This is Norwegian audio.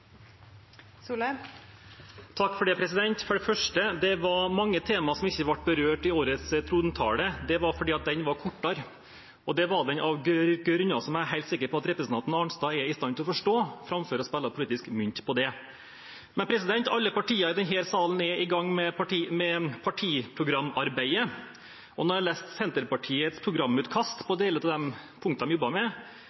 For det første: Det var mange tema som ikke ble berørt i årets trontale. Det var fordi den var kortere, og det var den av grunner som jeg er helt sikker på at representanten Arnstad er i stand til å forstå, framfor å slå politisk mynt på det. Alle partier i denne salen er i gang med partiprogramarbeidet, og da jeg leste Senterpartiets programutkast på